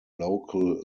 local